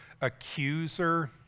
accuser